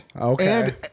Okay